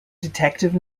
detective